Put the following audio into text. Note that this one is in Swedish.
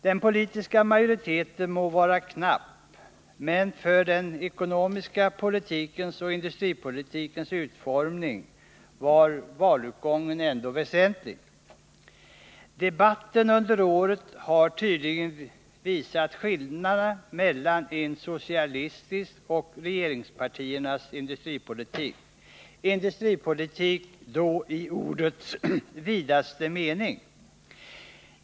Den politiska majoriteten må vara knapp, men för den ekonomiska politikens och industripolitikens utformning var valutgången ändå väsentlig. Debatten under året har tydligt visat skillnaderna mellan en socialistisk och en borgerlig industripolitik, industripolitik i ordets vidaste mening.